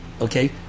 Okay